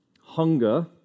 hunger